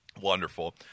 wonderful